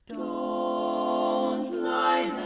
oh why,